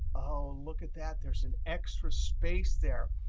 oh, look at that. there's an extra space there.